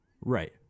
Right